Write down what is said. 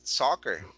soccer